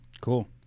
Cool